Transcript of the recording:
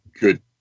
good